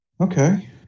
Okay